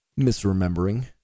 Misremembering